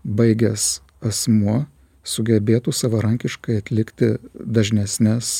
baigęs asmuo sugebėtų savarankiškai atlikti dažnesnes